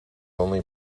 only